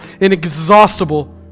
inexhaustible